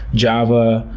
java,